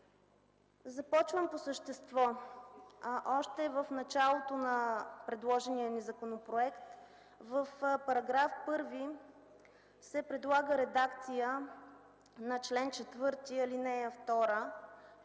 Започвам по същество. Още в началото на предложения ни законопроект – в § 1, се предлага редакция на чл. 4, ал. 2